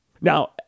now